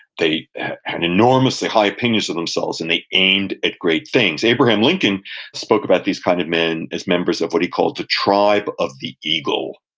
they had enormously high opinions of themselves, and they aimed at great things. abraham lincoln spoke about these kind of men as members of what he called the tribe of the eagle,